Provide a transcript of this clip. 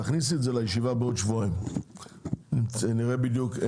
תכניסי את זה לישיבה בעוד שבועיים ונראה בדיוק.